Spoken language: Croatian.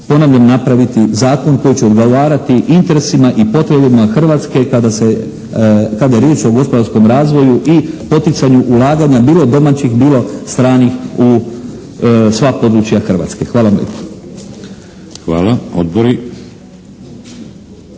ponavljam, napraviti zakon koji će odgovarati interesima i potrebama Hrvatske kada je riječ o gospodarskom razvoju i poticanju ulaganja bilo domaćih, bilo stranih u sva područja Hrvatske. Hvala vam lijepa.